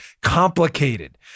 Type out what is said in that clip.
complicated